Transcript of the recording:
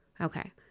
Okay